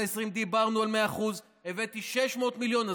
העשרים דיברנו על 100%. הבאתי 600 מיליון.